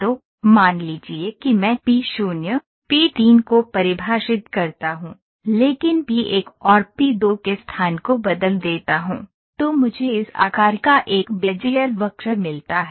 तो मान लीजिए कि मैं पी 0 पी 3 को परिभाषित करता हूं लेकिन पी 1 और पी 2 के स्थान को बदल देता हूं तो मुझे इस आकार का एक बेजियर वक्र मिलता है